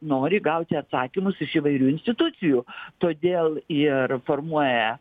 nori gauti atsakymus iš įvairių institucijų todėl ir formuoja